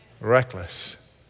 Reckless